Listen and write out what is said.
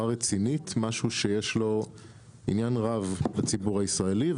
רצינית משהו שיש לו עניין רב בציבור הישראלי,